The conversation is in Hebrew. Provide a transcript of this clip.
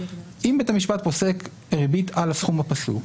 אם בית המשפט פוסק ריבית על הסכום הפסוק,